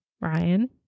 Ryan